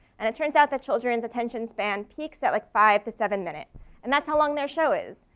and it turns out that children's attention span peaks at like five to seven minutes, and that's how long their show is.